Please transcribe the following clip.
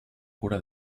cura